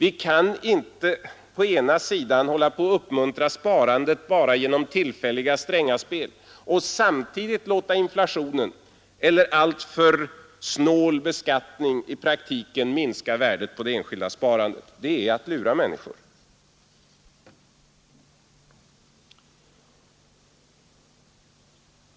Vi kan inte hålla på att uppmuntra sparandet bara genom tillfälliga Strängaspel och samtidigt låta inflationen eller alltför snål beskattning i praktiken minska värdet på det enskilda sparandet. Det är att lura människor.